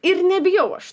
ir nebijau aš